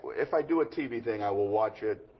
if i do a tv thing, i will watch it